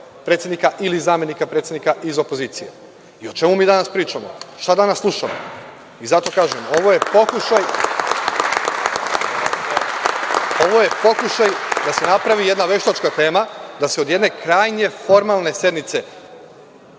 predsednika ili zamenika predsednika iz opozicije. I, o čemu mi danas pričamo? Šta danas slušamo? Zato kažem, ovo je pokušaj da se napravi jedna veštačka tema, da se od jedne krajnje formalne sednice